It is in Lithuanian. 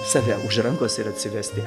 save už rankos ir atsivesti